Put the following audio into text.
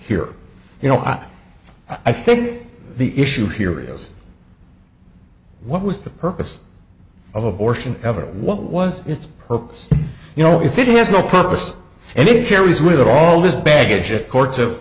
here you know i i think the issue here is what was the purpose of abortion ever what was its purpose you know if it has no purpose and it carries with all this baggage a courts of